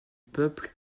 peuple